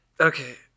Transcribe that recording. Okay